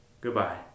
Goodbye